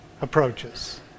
approaches